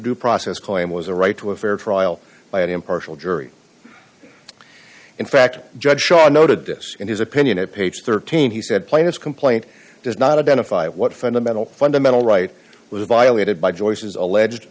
due process claim was a right to a fair trial by an impartial jury in fact judge shaw noted this in his opinion of page thirteen he said plaintiff complaint does not identify what fundamental fundamental right was violated by joyce's alleged